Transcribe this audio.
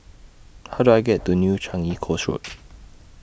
How Do I get to New Changi Coast Road